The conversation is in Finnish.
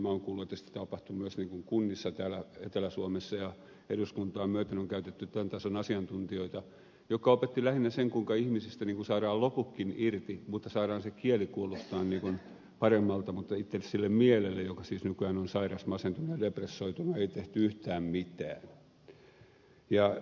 minä olen kuullut että sitä tapahtui myös kunnissa täällä etelä suomessa ja eduskuntaa myöten on käytetty tämän tason asiantuntijoita jotka opettivat lähinnä sen kuinka ihmisistä saadaan loputkin irti mutta saadaan se kieli kuulostamaan paremmalta mutta itse sille mielelle joka siis nykyään on sairas masentunut ja depressoitunut ei tehty yhtään mitään